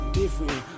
different